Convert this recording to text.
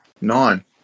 nine